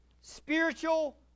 spiritual